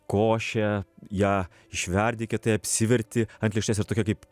košė ją išverdi kietai apsiverti ant lėkštės ir tokia kaip